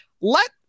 Let